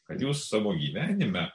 kad jūs savo gyvenime